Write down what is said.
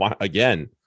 again